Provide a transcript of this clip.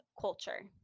culture